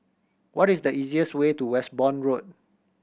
what is the easiest way to Westbourne Road